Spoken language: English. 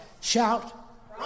Shout